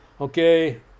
okay